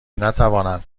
نتوانند